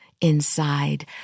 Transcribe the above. inside